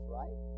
right